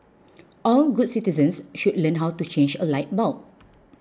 all good citizens should learn how to change a light bulb